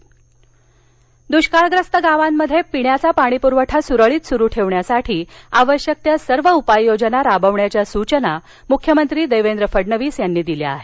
मख्यमंत्री दृष्काळग्रस्त गावांमध्ये पिण्याचा पाणी पुरवठा सुरळीत सुरु ठेवण्यासाठी आवश्यक त्या सर्व उपाययोजना राबवण्याच्या सूचना मुख्यमंत्री देवेंद्र फडणवीस यांनी दिल्या आहेत